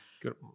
good